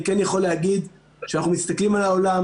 אני כן יכול להגיד שאנחנו מסתכלים על העולם